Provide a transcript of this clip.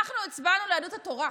אנחנו הצבענו ליהדות התורה.